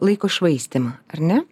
laiko švaistymą ar ne